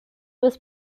was